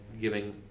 giving